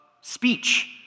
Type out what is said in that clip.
speech